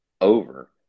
over